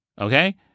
Okay